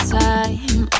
time